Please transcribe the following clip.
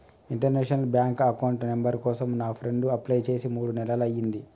international bank account number కోసం నా friend apply చేసి మూడు నెలలయ్యింది